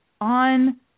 on